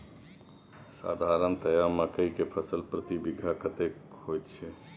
साधारणतया मकई के फसल प्रति बीघा कतेक होयत छै?